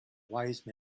wise